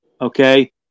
okay